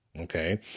Okay